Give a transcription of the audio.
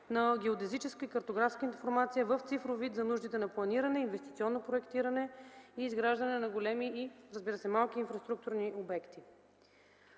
на геодезическа и картографска информация в цифров вид за нуждите на планиране, инвестиционно проектиране и изграждане на големи и малки инфраструктурни обекти.